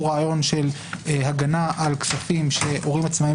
הוא רעיון של הגנה על כספים שהורים עצמאיים